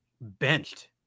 benched